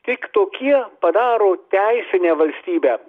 tik tokie padaro teisinę valstybę